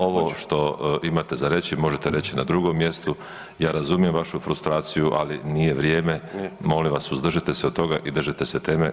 Ovo što imate reći možete reći na drugom mjestu, ja razumijem vašu frustraciju, ali nije vrijeme molim vas suzdržite se toga i držite se temi.